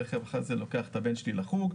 אחרי זה לוקח את הבן שלי לחוג,